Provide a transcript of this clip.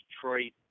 Detroit